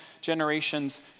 generations